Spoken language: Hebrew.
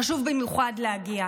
חשוב במיוחד להגיע.